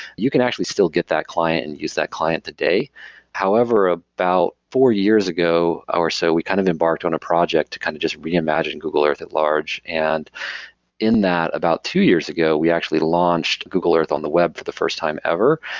you can actually still get that client and use that client today however, about four years ago or so, we kind of embarked on a project to kind of just reimagine google earth at large. and in that about two years ago, we actually launched google earth on the web for the first time ever,